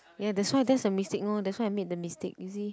ya that's why that's the mistake no that's why I make the mistake you see